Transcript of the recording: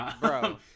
Bro